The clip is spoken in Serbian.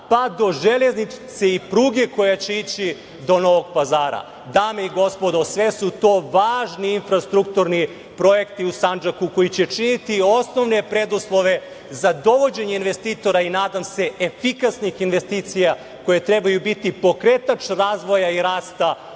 pa do železnice i pruge koja će ići do Novog Pazara. Dame i gospodo, sve su to važni infrastrukturni projekti u Sandžaku, koji će činiti osnovne preduslove za dovođenje investitora i, nadam se, efikasnih investicija koje trebaju biti pokretač razvoja i rasta